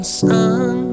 sun